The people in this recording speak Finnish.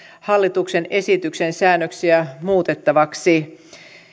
hallituksen esityksen säännöksiä muutettavaksi